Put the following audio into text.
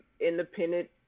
independent